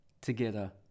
together